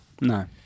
No